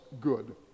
good